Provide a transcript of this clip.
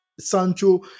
Sancho